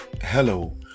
Hello